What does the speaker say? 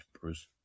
Bruce